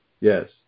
Yes